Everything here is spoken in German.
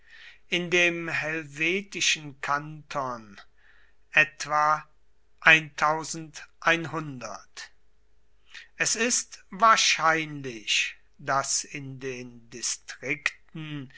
in dem helvetischen kanton etwa es ist wahrscheinlich daß in den distrikten